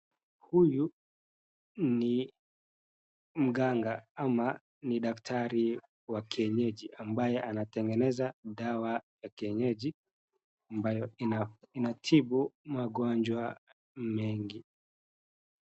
Huyu ni mganga ama ni daktari wa kienyeji ambaye anategeneza dawa za kienyeji ambayo inatibu magonjwa mengi.